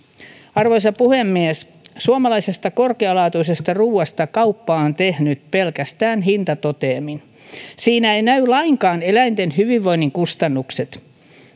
arvoisa puhemies suomalaisesta korkealaatuisesta ruuasta kauppa on tehnyt pelkästään hintatoteemin siinä eivät näy lainkaan eläinten hyvinvoinnin kustannukset